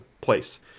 place